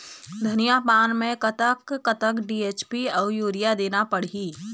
धनिया पान मे कतक कतक डी.ए.पी अऊ यूरिया देना पड़ही?